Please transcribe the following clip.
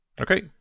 Okay